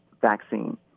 vaccine